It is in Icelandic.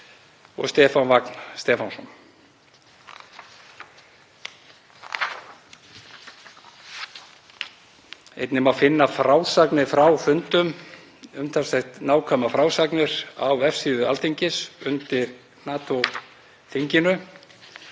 og Stefán Vagn Stefánsson. Einnig má finna frásagnir frá fundum, umtalsvert nákvæmar frásagnir, á vefsíðu Alþingis, undir NATO-þinginu,